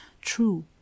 true